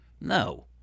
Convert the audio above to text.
No